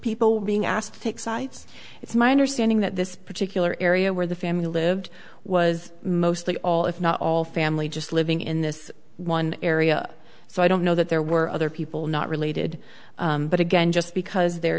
were being asked to take sides it's my understanding that this particular area where the family lived was mostly all if not all family just living in this one area so i don't know that there were other people not related but again just because there